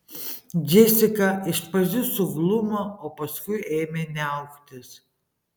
džesika iš pradžių suglumo o paskui ėmė niauktis